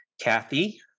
Kathy